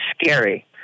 scary